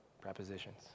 prepositions